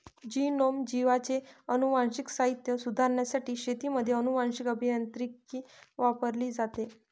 genome, जीवांचे अनुवांशिक साहित्य सुधारण्यासाठी शेतीमध्ये अनुवांशीक अभियांत्रिकी वापरली जाते